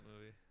movie